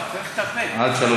עד שלוש דקות, בבקשה.